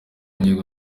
ngingo